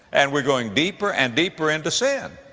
and we're going deeper and deeper into sin.